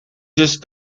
just